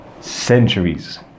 Centuries